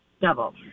Double